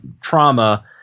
trauma